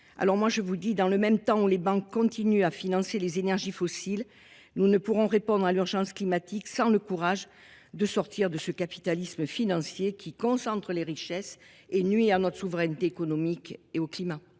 plus modestes. À l’heure où les banques continuent à financer les énergies fossiles, nous ne pourrons répondre à l’urgence climatique sans le courage de sortir de ce capitalisme financier, qui concentre les richesses et nuit à notre souveraineté économique comme au climat.